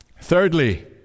Thirdly